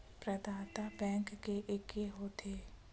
प्रदाता बैंक के एके होथे?